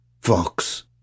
fox